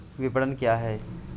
विपणन क्या है?